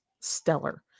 stellar